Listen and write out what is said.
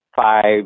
five